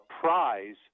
prize